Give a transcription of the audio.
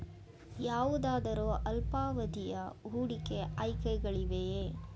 ಯಾವುದಾದರು ಅಲ್ಪಾವಧಿಯ ಹೂಡಿಕೆ ಆಯ್ಕೆಗಳಿವೆಯೇ?